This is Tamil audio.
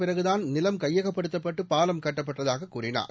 க நிலம் கையகப்படுத்தப்பட்டு பாலம் கட்டப்பட்டதாகக் கூறினார்